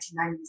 1990s